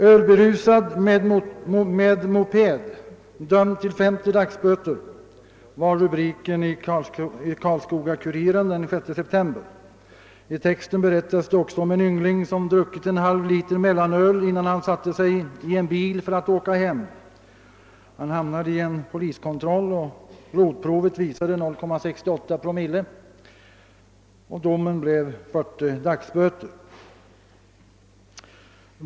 »Ölberusad med moped dömd till 50 dagsböter«, var rubriken i Karlskoga-Kuriren den 6 september. I texten berättas det också om en yngling, som druckit en halv liter mellanöl innan han satte sig i en bil för att åka hem. Han hamnade i en poliskontroll och blodprovet visade 0,68 promille. Domen blev 40 dagsböter.